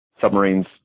Submarines